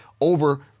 over